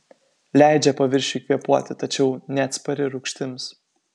leidžia paviršiui kvėpuoti tačiau neatspari rūgštims